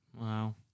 Wow